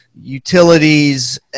utilities